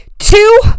Two